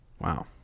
Wow